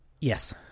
Yes